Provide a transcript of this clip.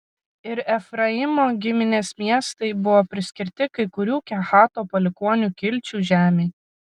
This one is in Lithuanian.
ir efraimo giminės miestai buvo priskirti kai kurių kehato palikuonių kilčių žemei